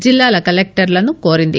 జిల్లాల కలెక్టర్లను కోరింది